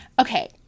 Okay